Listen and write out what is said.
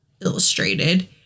illustrated